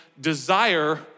desire